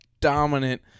dominant